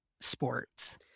sports